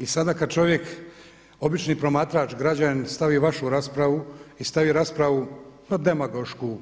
I sada kada čovjek, obični promatrač, građanin stavi vašu raspravu i stavi raspravu pa demagošku,